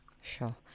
Sure